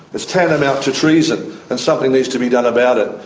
it's tantamount to treason and something needs to be done about it.